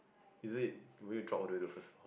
is it would you draw all the way the first